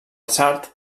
sard